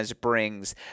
brings